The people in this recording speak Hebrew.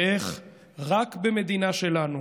ואיך רק במדינה שלנו